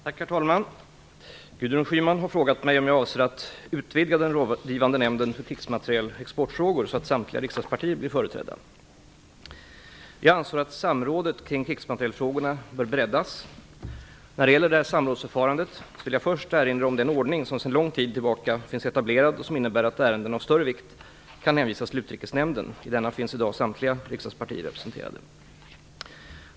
Herr talman! Gudrun Schyman har frågat mig om jag avser att utvidga den Rådgivande nämnden för krigsmaterielexportfrågor så att samtliga riksdagspartier blir företrädda. Jag anser att samrådet kring krigsmaterielfrågorna bör breddas. När det gäller detta samrådsförfarande vill jag först erinra om den ordning som sedan lång tid tillbaka finns etablerad och som innebär att ärenden av större vikt kan hänvisas till Utrikesnämnden. I denna finns i dag samtliga riksdagspartier representerade.